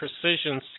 precision